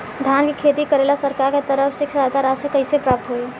धान के खेती करेला सरकार के तरफ से सहायता राशि कइसे प्राप्त होइ?